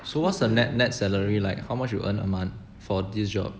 so what's the net net salary like how much you earn a month for this job